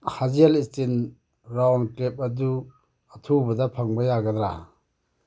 hazel steel round clip ꯑꯗꯨ ꯑꯊꯨꯕꯗ ꯐꯪꯕ ꯌꯥꯒꯗ꯭ꯔꯥ